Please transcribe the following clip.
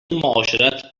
معاشرت